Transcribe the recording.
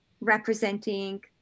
representing